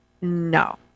No